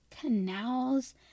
canals